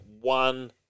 one